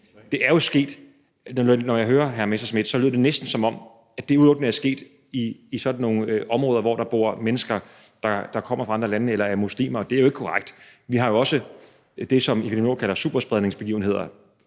Den er jo sket. Når jeg hører hr. Morten Messerschmidt lyder det næsten, som om det udelukkende er sket i sådan nogle områder, hvor der bor mennesker, der kommer fra andre lande eller er muslimer, og det er jo ikke korrekt. Vi har jo også det, epidemiologerne kalder superspredningsbegivenheder